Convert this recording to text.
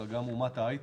אלא גם אומת ההייטק.